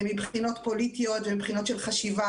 מבחינות פוליטיות ומבחינות של חשיבה.